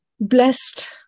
Blessed